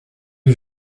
que